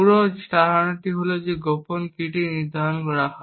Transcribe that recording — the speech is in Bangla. পুরো ধারণাটি হল যে যদি গোপন কীটি নির্ধারণ করা হয়